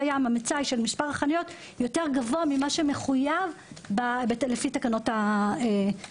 מצאי מספר החניות שקיים יותר גבוה ממה שמחויב לפי התקנות שציינתי.